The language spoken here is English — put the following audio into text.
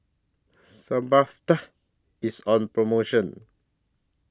Sebamed IS on promotion